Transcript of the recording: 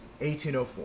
1804